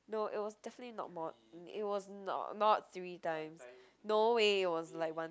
no it was definitely not more it was not not three times no way it was like one